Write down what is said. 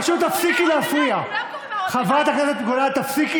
משום שבכל מערכות הבחירות הקודמות הייתה העמדת פנים.